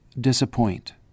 disappoint